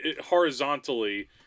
Horizontally